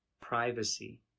privacy